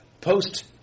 Post